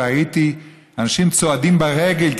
ראיתי אנשים צועדים ברגל,